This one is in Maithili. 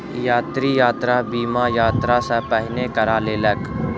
यात्री, यात्रा बीमा, यात्रा सॅ पहिने करा लेलक